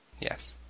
Yes